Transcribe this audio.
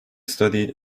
studied